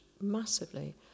massively